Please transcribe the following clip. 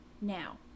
Now